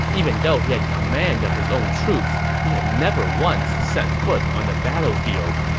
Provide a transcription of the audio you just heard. even though he had command of his own troops, he had never once set foot on the battlefield,